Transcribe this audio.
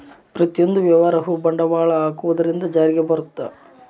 ಪ್ರತಿಯೊಂದು ವ್ಯವಹಾರವು ಬಂಡವಾಳದ ಹಾಕುವುದರಿಂದ ಜಾರಿಗೆ ಬರುತ್ತ